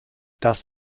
das